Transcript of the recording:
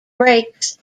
breaks